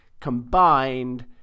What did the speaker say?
combined